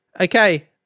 Okay